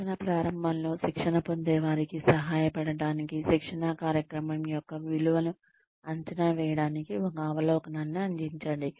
శిక్షణ ప్రారంభంలో శిక్షణ పొందేవారికి సహాయపడటానికి శిక్షణా కార్యక్రమం యొక్క విలువను అంచనా వేయడానికి ఒక అవలోకనాన్ని అందించండి